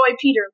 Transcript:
Peter